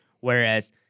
whereas